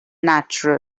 natural